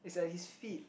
it's at his feet